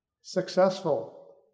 successful